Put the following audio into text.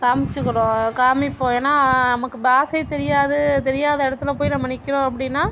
காமிச்சுக்கிறோம் காமிப்போம் ஏன்னா நமக்கு பாஷை தெரியாது தெரியாத இடத்துல போய் நம்ம நிக்கிறோம் அப்படின்னா